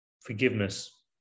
forgiveness